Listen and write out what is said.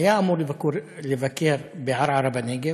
הוא היה אמור לבקר בערערה בנגב.